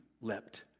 leapt